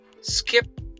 skip